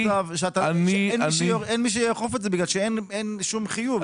אין מי שיאכוף את זה כי אין שום חיוב.